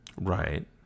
Right